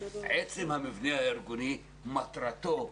עצם המבנה הארגוני, מטרתו,